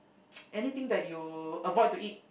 anything that you avoid to eat